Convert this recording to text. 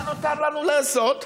מה נותר לנו לעשות?